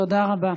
תודה רבה.